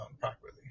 properly